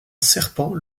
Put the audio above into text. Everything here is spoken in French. serpent